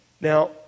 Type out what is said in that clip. Now